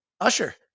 Usher